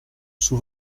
sous